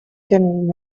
then